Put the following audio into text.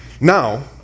Now